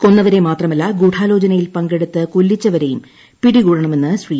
കൊന്നവരെ മാത്രമല്ല ഗൂഢാലോചനയിൽ പങ്കെടുത്ത് കൊല്ലിച്ചവരെയും പിടികൂടണമെന്നും ശ്രീ